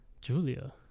Julia